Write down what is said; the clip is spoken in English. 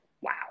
wow